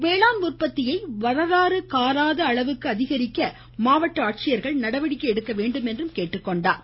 வேளாண் உற்பத்தியை வரலாறு காணாத அளவு அதிகரிக்க மாவட்ட ஆட்சியர்கள் நடவடிக்கை எடுக்கவேண்டும் என்று அவர் கேட்டுக்கொண்டார்